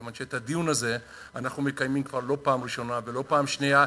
כיוון שאת הדיון הזה אנחנו כבר מקיימים לא פעם ראשונה ולא פעם שנייה,